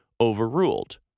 overruled